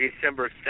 December